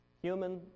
Human